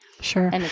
Sure